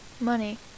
money